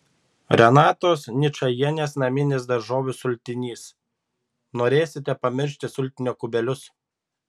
renatos ničajienės naminis daržovių sultinys norėsite pamiršti sultinio kubelius